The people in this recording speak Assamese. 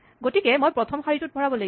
গতিকে মই প্ৰথম শাৰীটোত ভৰাব লাগিব